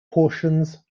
portions